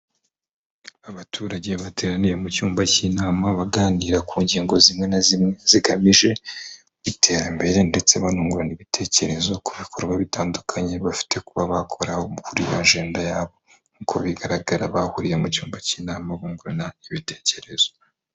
Abaturage bateraniye mu cyumba cy'inama baganira ku ngingo zimwe na zimwe zigamije iterambere ndetse banungurana ibitekerezo ku bikorwa bitandukanye bafite kuba bakora muri ajenda yabo, uko bigaragara bahuriye mu cyumba cy'inama bungurana ibitekerezo.